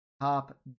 Top